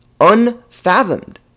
Unfathomed